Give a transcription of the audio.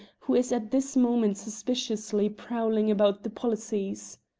who is at this moment suspiciously prowling about the policies.